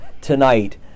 tonight